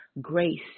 grace